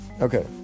Okay